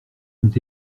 ont